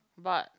but